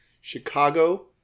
Chicago